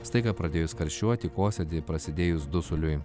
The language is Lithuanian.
staiga pradėjus karščiuoti kosėti prasidėjus dusuliui